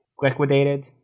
liquidated